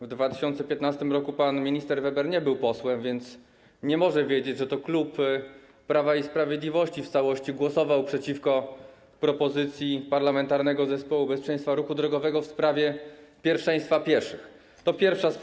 W 2015 r. pan minister Weber nie był posłem, więc nie może wiedzieć, że to klub Prawa i Sprawiedliwości w całości głosował przeciwko propozycji Parlamentarnego Zespołu ds. Bezpieczeństwa Ruchu Drogowego w sprawie pierwszeństwa pieszych.